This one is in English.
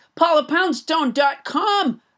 PaulaPoundstone.com